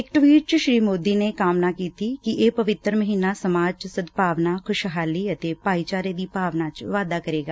ਇਕ ਟਵੀਟ ਚ ਸ੍ਰੀ ਮੋਦੀ ਨੇ ਕਾਮਨਾ ਕੀਤੀ ਕਿ ਇਹ ਪਵਿੱਤਰ ਮਹੀਨਾ ਸਮਾਜ ਵਿਚ ਸਦਭਾਵਨਾ ਖੁਸ਼ਹਾਲੀ ਅਤੇ ਭਾਈਚਾਰੇ ਦੀ ਭਾਵਨਾ ਚ ਵਾਧਾ ਕਰੇਗਾ